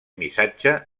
missatge